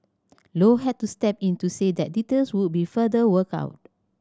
low had to step in to say that details would be further worked out